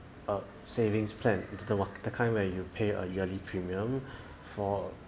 a savings plan into the wa~ the kind where you pay a yearly premium for